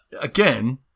again